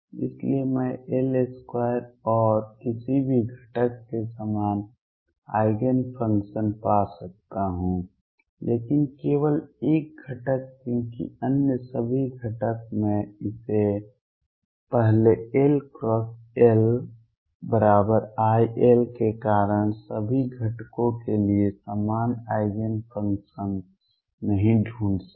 इसलिए मैं L2 और किसी भी घटक के समान आइगेन फंक्शन पा सकता हूं लेकिन केवल एक घटक क्योंकि अन्य सभी घटक मैं इसे पहले LLiL के कारण सभी घटकों के लिए समान आइगेन फंक्शन नहीं ढूंढ सकता